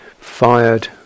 fired